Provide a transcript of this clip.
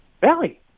valley